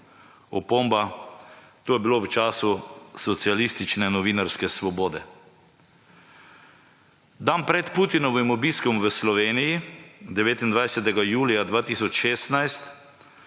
Opomba, to je bila v času socialistične novinarske svobode. Dan pred Putinovim obiskom v Sloveniji, 29. julija 2016,